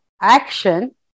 action